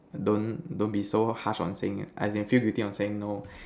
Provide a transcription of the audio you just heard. don't don't be so harsh on things I can feel between on saying no